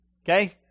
Okay